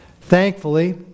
Thankfully